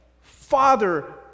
Father